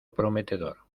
prometedor